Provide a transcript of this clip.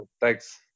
Thanks